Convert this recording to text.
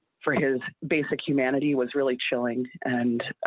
for his basic humanity was really chilling and